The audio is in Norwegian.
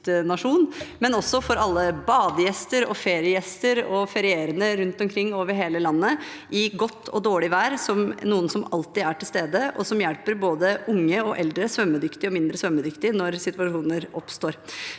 og for alle badegjester, feriegjester og ferierende rundt omkring over hele landet, i godt og dårlig vær, som noen som alltid er til stede, og som hjelper både unge og eldre, svømmedyktige og mindre svømmedyktige, når situasjoner oppstår.